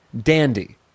Dandy